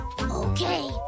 Okay